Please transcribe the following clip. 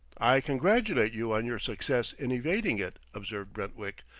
i congratulate you on your success in evading it, observed brentwick,